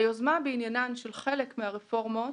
היוזמה בעניין של חלק מהרפורמות